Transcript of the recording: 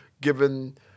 given